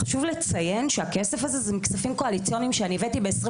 חשוב לציין שהכסף הזה הוא מכספים קואליציוניים שאני הבאתי ב-2021.